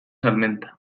salmenta